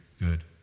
good